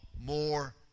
more